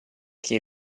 che